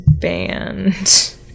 Band